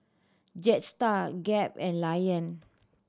Jetstar Gap and Lion